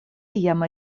jam